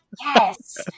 yes